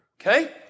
Okay